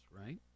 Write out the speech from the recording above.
right